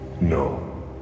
No